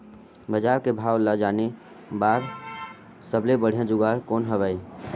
बजार के भाव ला जाने बार सबले बढ़िया जुगाड़ कौन हवय?